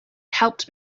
helped